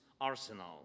arsenal